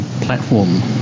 platform